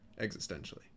existentially